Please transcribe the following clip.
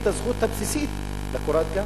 את הזכות הבסיסית לקורת גג,